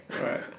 Right